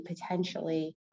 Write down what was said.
potentially